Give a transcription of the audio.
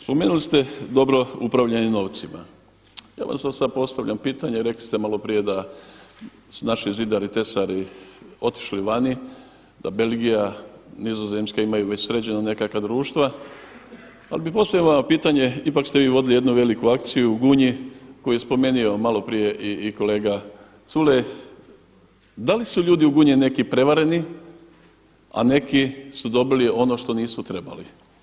Spomenuli ste dobro upravljanje novcima, ja vam sada postavljam pitanje, rekli ste malo prije da su naši zidari, tesari otišli vani, da Belgija, Nizozemska imaju već sređena nekakva društva, ali bih postavio vama pitanje, ipak ste vi vodili jednu veliku akciju u Gunji koju je spomenuo malo prije i kolega Culej, da li su u ljudi u Gunji neki prevareni, a neki su dobili ono što nisu trebali?